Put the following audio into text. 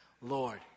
Lord